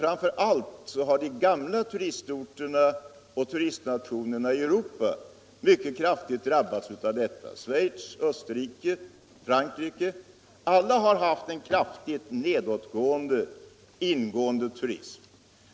Framför allt har de gamla turistorterna och turistnationerna i Europa mycket kraftigt drabbats härav — Schweiz, Österrike, Frankrike, alla har haft en kraftig nedgång inom turismen.